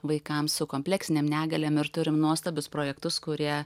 vaikams su kompleksinėm negalėm ir turime nuostabius projektus kurie